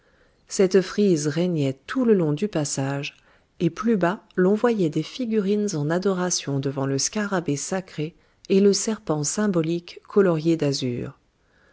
cette frise régnait tout le long du passage et plus bas l'on voyait des figurines en adoration devant le scarabée sacré et le serpent symbolique colorié d'azur